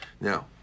Now